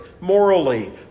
morally